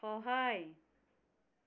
সহায়